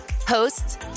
Hosts